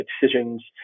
decisions